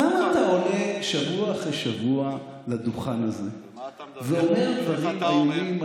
למה אתה עולה שבוע אחרי שבוע לדוכן הזה ואומר דברים איומים,